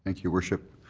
like your worship.